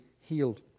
healed